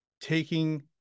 taking